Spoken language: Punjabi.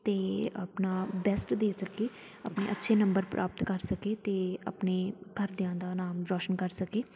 ਅਤੇ ਆਪਣਾ ਬੈਸਟ ਦੇ ਸਕੇ ਆਪਣੇ ਅੱਛੇ ਨੰਬਰ ਪ੍ਰਾਪਤ ਕਰ ਸਕੇ ਅਤੇ ਆਪਣੇ ਘਰਦਿਆਂ ਦਾ ਨਾਮ ਰੌਸ਼ਨ ਕਰ ਸਕੇ